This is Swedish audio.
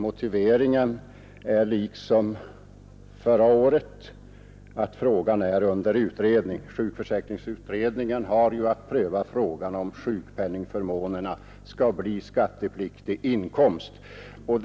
Motiveringen denna gången är densamma som förra året, att frågan är under utredning. Sjukpenningutredningen har ju att pröva frågan huruvida sjukpenningförmånerna skall vara skattepliktig inkomst eller inte.